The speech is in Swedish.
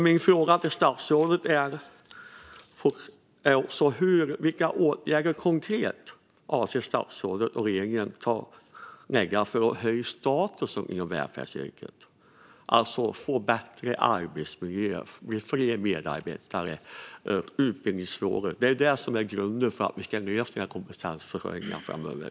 Min fråga till statsrådet är också vilka konkreta åtgärder statsrådet och regeringen avser att vidta för att höja statusen inom välfärdsyrket. Bättre arbetsmiljö, fler medarbetare och utbildning är grunden för att vi ska lösa kompetensförsörjningen framöver.